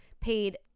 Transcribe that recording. paid